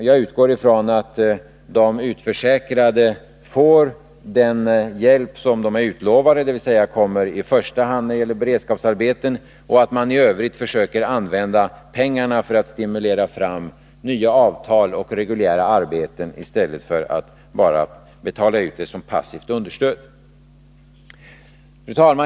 Jag utgår från att de utförsäkrade får den hjälp som utlovats — dvs. att de kommer i första hand när det gäller beredskapsarbeten och att man i övrigt försöker använda pengarna på ett sådant sätt att man stimulerar fram nya avtal och reguljära arbeten, i stället för att pengarna bara används till passivt understöd. Fru talman!